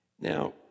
Now